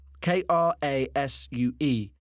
K-R-A-S-U-E